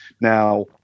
Now